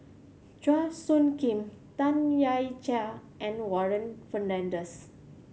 Chua Soo Khim Tam Wai Jia and Warren Fernandez